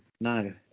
No